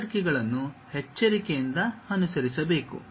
ಹೈರಾರ್ಕಿಗಳನ್ನು ಎಚ್ಚರಿಕೆಯಿಂದ ಅನುಸರಿಸಬೇಕು